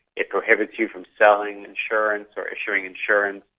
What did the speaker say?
it prohibits you from selling insurance or issuing insurance,